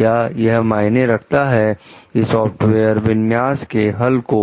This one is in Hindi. क्या यह मायने रखता है कि सॉफ्टवेयर विन्यास के हल को